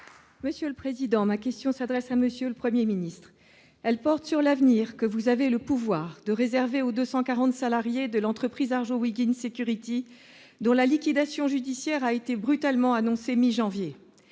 Républicains. Ma question s'adresse à M. le Premier ministre. Elle porte sur l'avenir que vous avez le pouvoir de réserver aux 240 salariés de l'entreprise Arjowiggins Security, dont la liquidation judiciaire a été brutalement annoncée à la mi-janvier,